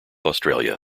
australia